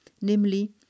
namely